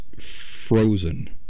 frozen